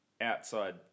outside